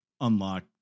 unlock